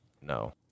no